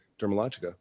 Dermalogica